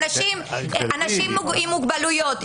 אנשים עם מוגבלויות,